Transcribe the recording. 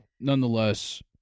Nonetheless